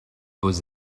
beaux